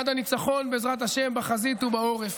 עד הניצחון, בעזרת השם, בחזית ובעורף,